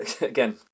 again